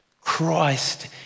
Christ